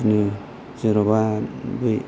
बिदिनो जेन'बा बै